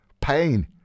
Pain